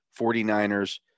49ers